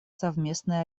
совместные